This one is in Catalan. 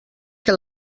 que